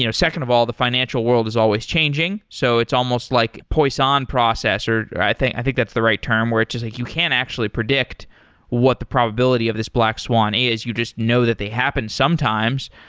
you know second of all, the financial world is always changing. so it's almost like poisson process, or i think i think that's the right term, where it's just like you can't actually predict what the probability of this black swan is. you just know that they happen sometimes.